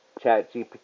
ChatGPT